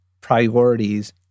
priorities